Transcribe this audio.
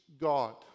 God